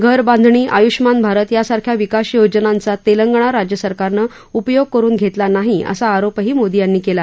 घरबांधणी आष्युमान भारत यासारख्या विकास योजनांचा तेलंगणा राज्य सरकारनं उपयोग करुन घेतला नाही असा आरोपही मोदी यांनी केला